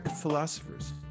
philosophers